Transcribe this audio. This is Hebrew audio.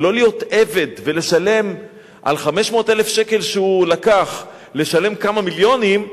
ולא להיות עבד ולשלם על 500,000 שקל שהוא לקח כמה מיליונים,